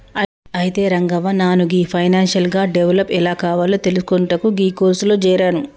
అయితే రంగవ్వ నాను గీ ఫైనాన్షియల్ గా డెవలప్ ఎలా కావాలో తెలిసికొనుటకు గీ కోర్సులో జేరాను